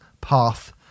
path